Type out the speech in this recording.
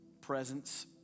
presence